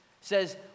says